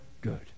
good